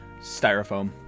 styrofoam